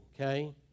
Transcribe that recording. okay